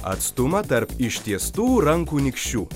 atstumą tarp ištiestų rankų nykščių